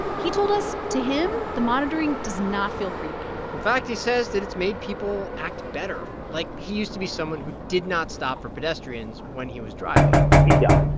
he told us, to him, the monitoring does not feel creepy in fact, he says that it's made people act better. like, he used to be someone who did not stop for pedestrians when he was driving afterwards, yeah